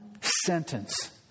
sentence